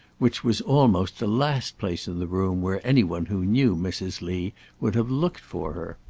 which was almost the last place in the room where any one who knew mrs. lee would have looked for her.